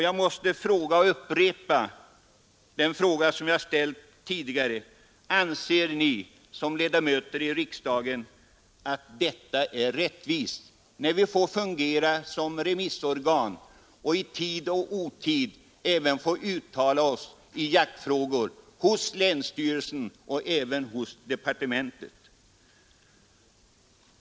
Jag måste upprepa den fråga som jag ställt tidigare: Anser ni som ledamöter av riksdagen att detta är rättvist när vi får fungera som remissorgan och i tid och otid får uttala oss i jaktfrågor även hos länsstyrelser och i departementet?